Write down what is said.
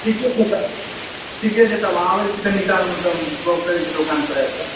ठीके छै तऽ ठीके छै तऽ आबै छी कनि कालमे तब गप करै छी दोकान पर आबिकऽ